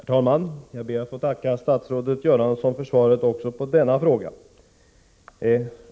Herr talman! Jag ber att få tacka statsrådet Göransson för svaret också på denna fråga.